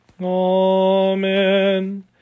Amen